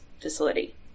facility